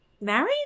Married